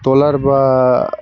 trawler বা